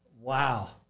Wow